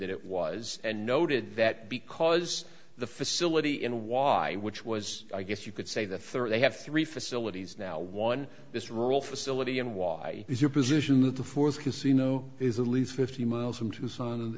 that it was and noted that because the facility in why which was i guess you could say the third they have three facilities now one this rule facility and why is your position that the fourth casino is a lease fifty miles from tucson